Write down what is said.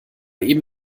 eben